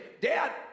dad